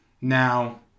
Now